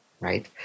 Right